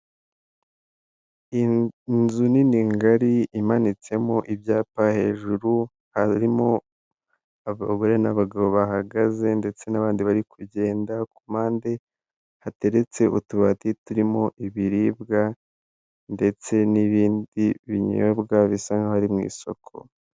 Inzu nini ngari imanitsemo ibyapa hejuru, harimo abagore n'abagabo bahagaze ndetse n'abandi bari kugenda, ku mpande hateretse utubati turimo ibiribwa ndetse n'ibindi binyobwa bisa nkaho ari mu isoko.